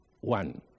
one